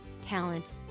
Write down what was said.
talent